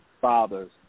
father's